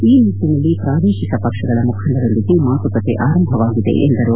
ಈ ನಿಟ್ಟಿನಲ್ಲಿ ಪ್ರಾದೇಶಿಕ ಪಕ್ಷಗಳ ಮುಖಂಡರೊಂದಿಗೆ ಮಾತುಕತೆ ಆರಂಭವಾಗಿದೆ ಎಂದರು